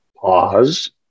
Pause